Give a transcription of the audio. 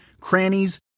crannies